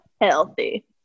healthy